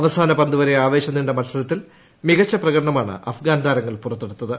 അവസാന പന്ത് വരെ ആവേശം നീണ്ട മൽസരത്തിൽ മികച്ച പ്രകടനമാണ് അഫ്ഗാൻ താരങ്ങൾ പുറത്തെടുത്തത്